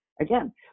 again